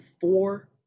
four